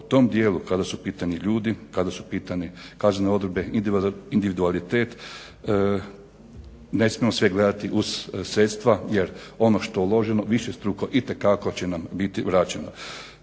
u tom dijelu kada su u pitanju ljudi, kada su u pitanju kaznene odredbe, individualitet ne smijemo sve gledati uz sredstva. Jer ono što je uloženo višestruko i te kako će nam biti vraćeno.